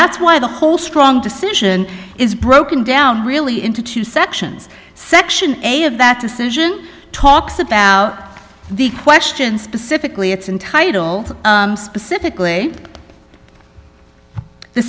that's why the whole strong decision is broken down really into two sections section eight of that decision talks about the questions specifically it's in title specifically the